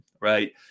right